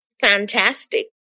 fantastic